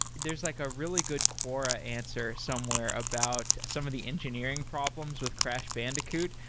there's like a really good quora answer somewhere about some of the engineering problems with crash bandicoot.